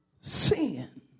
sin